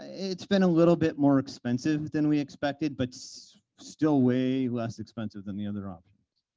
it's been a little bit more expensive than we expected, but still way less expensive than the other options.